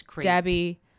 debbie